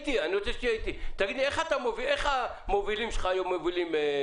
איך המובילים שלך מובילים היום?